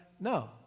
No